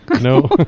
No